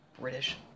British